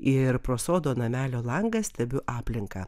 ir pro sodo namelio langą stebiu aplinką